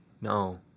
No